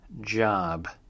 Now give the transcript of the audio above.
job